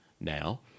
now